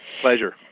Pleasure